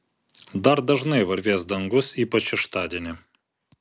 dar dažnai varvės dangus ypač šeštadienį